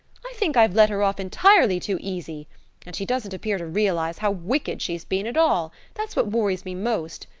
i think i've let her off entirely too easy and she doesn't appear to realize how wicked she's been at all that's what worries me most.